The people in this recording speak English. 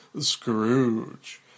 Scrooge